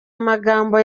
amagambo